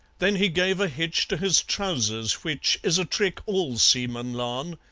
then he gave a hitch to his trousers, which is a trick all seamen larn,